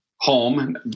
home